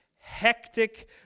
hectic